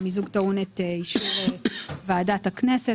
המיזוג טעון את אישור ועדת הכנסת,